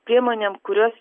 priemonėm kurios